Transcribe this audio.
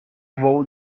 vou